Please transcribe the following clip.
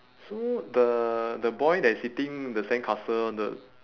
so the the boy that is hitting the sandcastle the